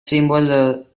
símbolo